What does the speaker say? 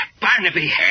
Barnaby